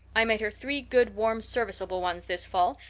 i made her three good, warm, serviceable ones this fall,